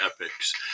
epics